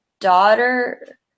daughter